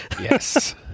Yes